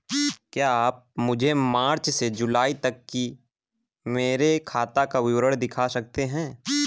क्या आप मुझे मार्च से जूलाई तक की मेरे खाता का विवरण दिखा सकते हैं?